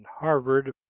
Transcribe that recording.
Harvard